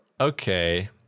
okay